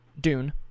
Dune